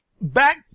back